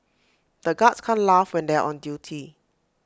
the guards can't laugh when they are on duty